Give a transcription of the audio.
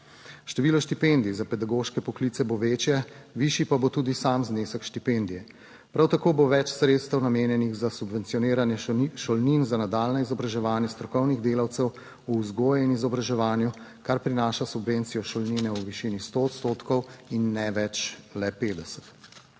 Število štipendij za pedagoške poklice bo večje, višji pa bo tudi sam znesek štipendije. Prav tako bo več sredstev namenjenih za subvencioniranje šolnin za nadaljnje izobraževanje strokovnih delavcev v vzgoji in izobraževanju, kar prinaša subvencijo šolnine v višini 100 odstotkov in ne več le 50.